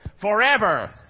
forever